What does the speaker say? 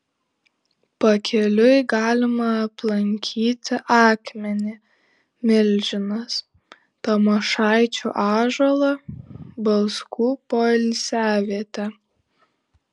pakeliui galima aplankyti akmenį milžinas tamošaičių ąžuolą balskų poilsiavietę